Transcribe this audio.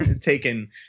Taken